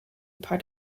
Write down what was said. part